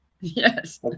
yes